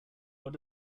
what